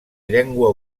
llengua